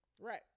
Right